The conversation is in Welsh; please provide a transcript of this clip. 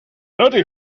ydy